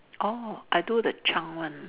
orh I do the chunk one